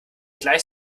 gleich